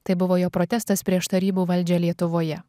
tai buvo jo protestas prieš tarybų valdžią lietuvoje